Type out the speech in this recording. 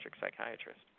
psychiatrist